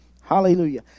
Hallelujah